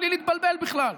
בלי להתבלבל בכלל.